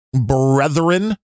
brethren